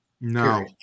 No